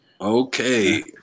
Okay